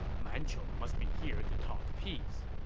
man chong must be here to talk peace.